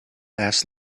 laughs